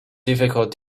difficult